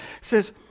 says